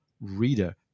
reader